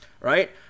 right